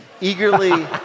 eagerly